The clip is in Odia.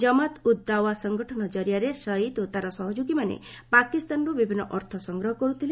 ଜମାତ ଉଦ୍ ଦାୱା ସଂଗଠନ କରିଆରେ ସୟିଦ୍ ଓ ତା'ର ସହଯୋଗୀମାନେ ପାକିସ୍ତାନର ବିଭିନ୍ନ ଅର୍ଥ ସଂଗ୍ରହ କରୁଥିଲେ